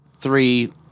three